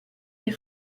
des